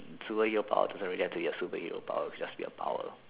superhero power doesn't really have to be superhero power it can just be a power